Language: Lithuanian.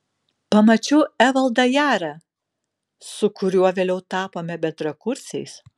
pamačiau evaldą jarą su kuriuo vėliau tapome bendrakursiais